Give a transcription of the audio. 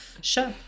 sure